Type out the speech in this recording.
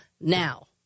now